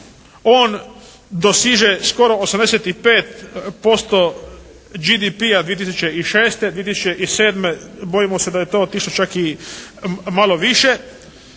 On dosiže skoro 85% GDP-a 2006., 2007. Bojimo se da je to otišlo čak i malo više.